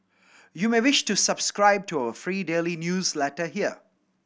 you may wish to subscribe to our free daily newsletter here